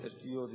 בתשתיות,